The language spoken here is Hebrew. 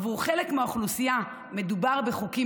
עבור חלק מהאוכלוסייה מדובר בחוקים